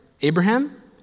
Abraham